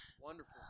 Wonderful